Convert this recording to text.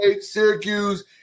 Syracuse